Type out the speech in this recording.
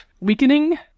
weakening